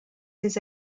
his